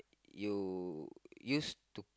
you used to